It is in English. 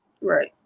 Right